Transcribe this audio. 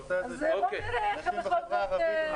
הנושא של נשים בחברה הערבית חשוב לנו.